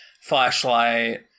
flashlight